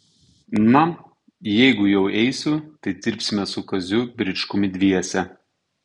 na jeigu jau eisiu tai dirbsime su kaziu bričkumi dviese